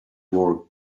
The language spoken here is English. wore